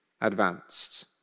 advanced